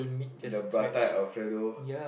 the prata Alfredo